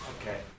Okay